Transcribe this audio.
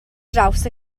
draws